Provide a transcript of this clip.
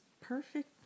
perfect